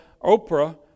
Oprah